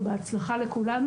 ובהצלחה לכולנו,